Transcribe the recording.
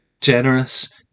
generous